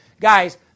Guys